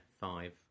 five